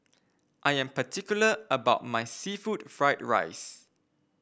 I am particular about my seafood Fried Rice